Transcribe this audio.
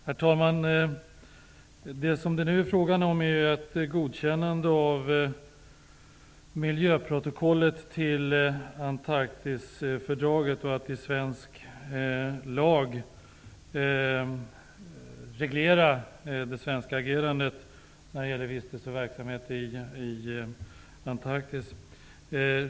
Herr talman! Vad det nu är fråga om är godkännandet av miljöprotokollet beträffande Antarktisfördraget och att i svensk lag reglera det svenska agerandet när det gäller vistelse eller verksamhet i Antarktis.